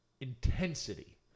intensity